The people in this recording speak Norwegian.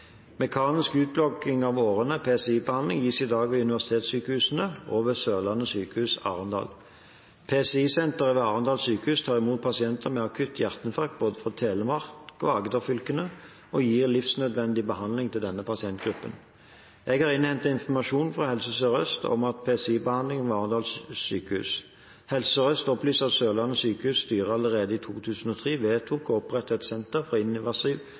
Mekanisk utblokking av årene, PCI-behandling, gis i dag ved universitetssykehusene og ved Sørlandet sykehus Arendal. PCI-senteret ved Arendal sykehus tar imot pasienter med akutt hjerteinfarkt fra både Telemark og Agderfylkene og gir livsnødvendig behandling til denne pasientgruppen. Jeg har innhentet informasjon fra Helse Sør-Øst om PCI-behandlingen ved Arendal sykehus. Helse Sør-Øst opplyser at Sørlandet sykehus’ styre allerede i 2003 vedtok å opprette et senter for invasiv